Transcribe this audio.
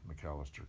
McAllister